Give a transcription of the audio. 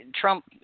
Trump